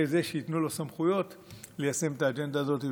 זה שייתנו לו סמכויות ליישם את האג'נדה הזאת.